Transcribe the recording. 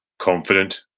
confident